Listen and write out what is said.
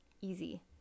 easy